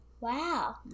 Wow